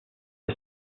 que